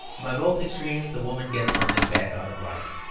by both extremes the woman gets something back out of life.